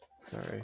Sorry